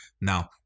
Now